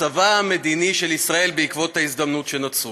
מצבה המדיני של ישראל בעקבות ההזדמנויות שנוצרו.